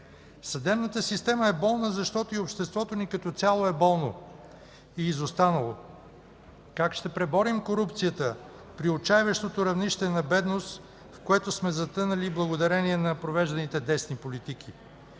Съдебната система е болна, защото и обществото ни като цяло е болно и изостанало. Как ще преборим корупцията при отчайващото равнище на бедност, в което сме затънали, благодарение на провежданите десни политики?